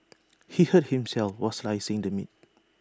he hurt himself while slicing the meat